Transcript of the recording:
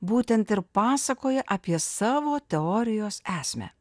būtent ir pasakoja apie savo teorijos esmę